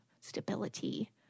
stability